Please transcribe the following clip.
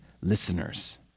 listeners